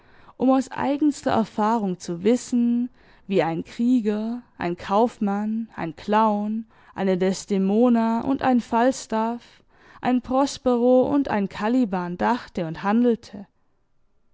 um aus eigenster erfahrung zu wissen wie ein krieger ein kaufmann ein clown eine desdemona und ein falstaff ein prospero und ein caliban dachte und handelte